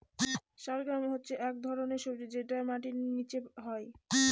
শালগাম হচ্ছে এক ধরনের সবজি যেটা মাটির নীচে হয়